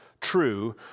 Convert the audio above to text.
true